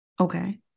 Okay